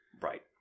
Right